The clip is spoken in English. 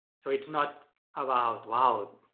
so it's not about wow,